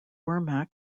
wehrmacht